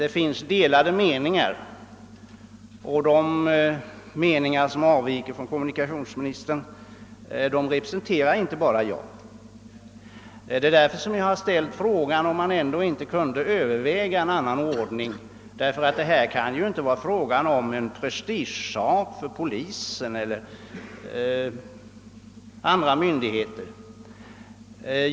Det finns delade meningar om detta, och jag är inte den ende företrädaren för uppfattningar som avviker från kommunikationsministerns. Det är därför som jag har ställt frågan, om man ändå inte kunde överväga en annan ordning på detta område. Det kan ändå inte vara fråga om någon prestigesak för polisen eller för andra myndigheter.